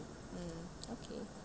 mmhmm okay